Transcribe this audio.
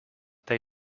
they